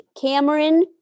Cameron